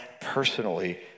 personally